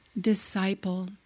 disciple